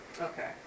okay